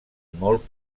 molt